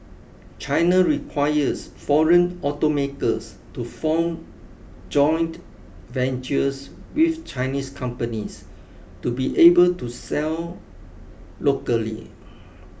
China requires foreign automakers to form joint ventures with Chinese companies to be able to sell locally